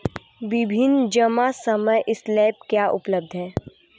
विभिन्न जमा समय स्लैब क्या उपलब्ध हैं?